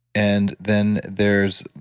and then there's.